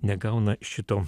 negauna šito